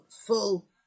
full